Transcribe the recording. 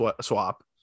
swap